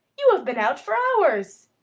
you have been out for hours!